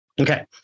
Okay